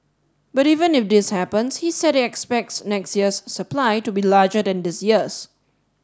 but even if this happens he said he expects next year's supply to be larger than this year's